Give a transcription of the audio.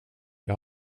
jag